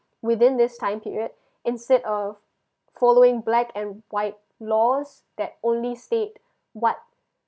within these time period instead of following black and white laws that only state what